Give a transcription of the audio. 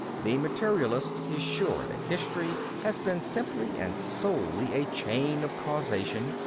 the materialist is sure that history has been simply and solely a chain of causation,